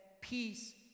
peace